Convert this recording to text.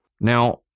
Now